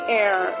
air